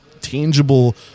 tangible